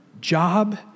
job